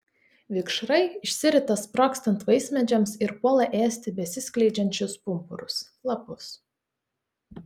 vikšrai išsirita sprogstant vaismedžiams ir puola ėsti besiskleidžiančius pumpurus lapus